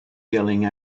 yelling